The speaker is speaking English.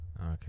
Okay